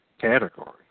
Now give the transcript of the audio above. category